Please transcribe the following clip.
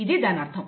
ఇది దాని అర్థం